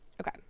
Okay